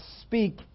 speak